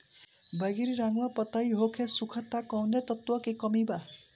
बैगरी रंगवा पतयी होके सुखता कौवने तत्व के कमी बा?